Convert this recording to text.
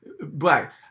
black